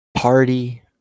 party